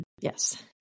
Yes